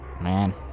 Man